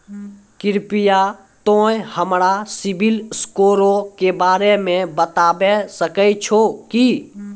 कृपया तोंय हमरा सिविल स्कोरो के बारे मे बताबै सकै छहो कि?